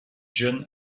jeune